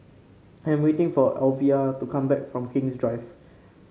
I am waiting for Alyvia to come back from King's Drive